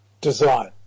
design